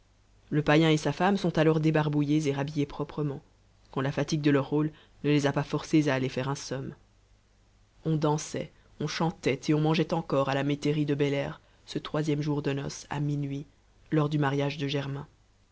le païen et sa femme sont alors débarbouillés et rhabillés proprement quand la fatigue de leur rôle ne les a pas forcés à aller faire un somme on dansait on chantait et on mangeait encore à la métairie de belair ce troisième jour de noce à minuit lors du mariage de germain